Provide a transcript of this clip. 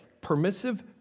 permissive